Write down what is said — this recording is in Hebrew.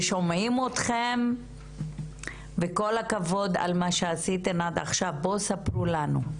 כל הכבוד על מה שעשיתן עד עכשיו, בואו תספרו לנו.